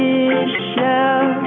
Michelle